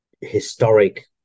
historic